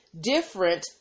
different